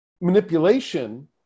manipulation